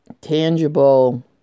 tangible